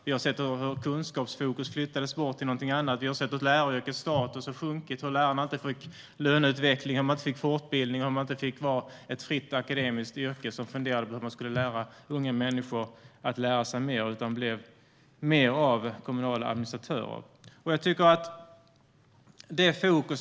Vi har sett hur kunskapsfokus flyttades till något annat, och vi har sett hur läraryrkets status har sjunkit, hur lärarna inte fick någon löneutveckling, hur man inte fick fortbildning, hur det inte fick vara ett fritt, akademiskt yrke där man funderade över hur man skulle få unga människor att lära sig mer utan man blev mer av kommunala administratörer.